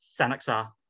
Sanaxar